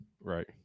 Right